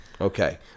Okay